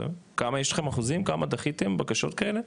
טוב, כמה יש לכם אחוזים, כמה דחיתם בקשות כאלה?